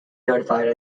notified